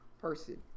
person